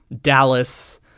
Dallas